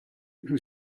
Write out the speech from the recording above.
who